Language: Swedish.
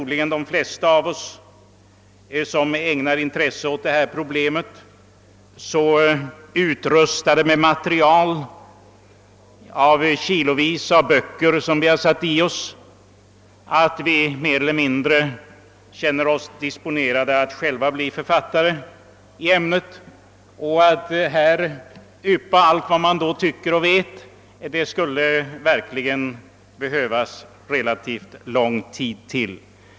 De flesta av oss som ägnar intresse åt detta problem är förmodligen så väl utrustade med material — vi har »satt i oss» kilovis med böcker — att vi känner oss mer eller mindre disponerade att själva bli författare, och det skulle behövas relativt lång tid om vi här skulle försöka yppa allt vad vi tycker och vet.